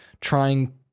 trying